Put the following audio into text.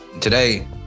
Today